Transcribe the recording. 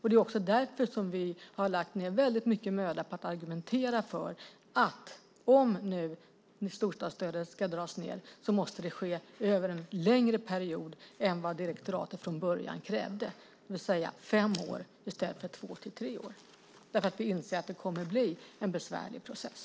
Det är också därför vi har lagt ned väldigt mycket möda på att argumentera för att om nu storstadsstödet ska dras ned måste det ske över en längre period än vad direktoratet från början krävde, det vill säga fem år i stället för två tre år, därför att vi inser att det kommer att bli en besvärlig process.